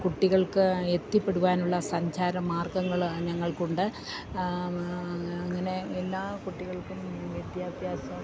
കുട്ടികൾക്ക് എത്തിപ്പെടുവാനുള്ള സഞ്ചാര മാർഗ്ഗങ്ങള് ഞങ്ങൾക്കുണ്ട് അങ്ങനെ എല്ലാ കുട്ടികൾക്കും വിദ്യാഭ്യാസം